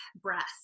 breath